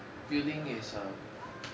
feeling is err